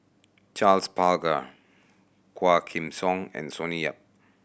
Charles Paglar Quah Kim Song and Sonny Yap